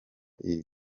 iri